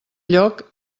lloc